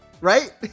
Right